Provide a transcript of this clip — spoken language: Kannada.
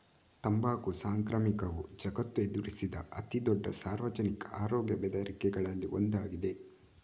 ತಂಬಾಕು ಸಾಂಕ್ರಾಮಿಕವು ಜಗತ್ತು ಎದುರಿಸಿದ ಅತಿ ದೊಡ್ಡ ಸಾರ್ವಜನಿಕ ಆರೋಗ್ಯ ಬೆದರಿಕೆಗಳಲ್ಲಿ ಒಂದಾಗಿದೆ